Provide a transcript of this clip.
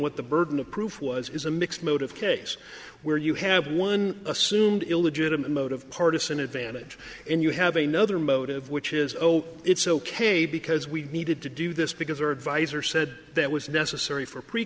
what the burden of proof was is a mixed motive case where you have one assumed illegitimate motive partisan advantage and you have a no other motive which is oh it's ok because we needed to do this because there advisor said that was necessary for pre